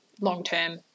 long-term